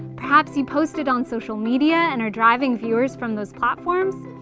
perhaps you posted on social media and are driving viewers from those platforms.